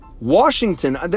Washington